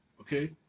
okay